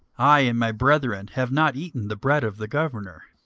i and my brethren have not eaten the bread of the governor.